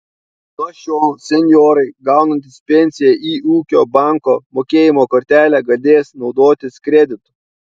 nuo šiol senjorai gaunantys pensiją į ūkio banko mokėjimo kortelę galės naudotis kreditu